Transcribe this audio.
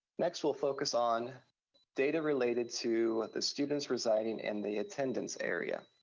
next, we'll focus on data related to the students residing in the attendance area.